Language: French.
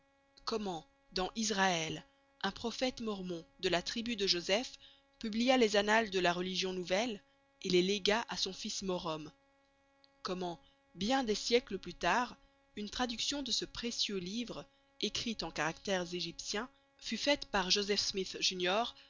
comment dans israël un prophète mormon de la tribu de joseph publia les annales de la religion nouvelle et les légua à son fils morom comment bien des siècles plus tard une traduction de ce précieux livre écrit en caractères égyptiens fut faite par joseph smyth junior